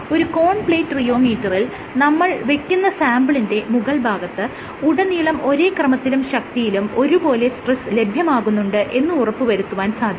ഒരു cone plate റിയോമീറ്ററിൽ നമ്മൾ വെക്കുന്ന സാംപിളിന്റെ മുകൾ ഭാഗത്ത് ഉടനീളം ഒരേ ക്രമത്തിലും ശക്തിയിലും ഒരുപോലെ സ്ട്രെസ് ലഭ്യമാകുന്നുണ്ട് എന്ന് ഉറപ്പുവരുത്തുവാൻ സാധിക്കും